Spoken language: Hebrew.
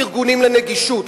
ארגונים לנגישות,